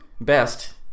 Best